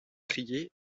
prier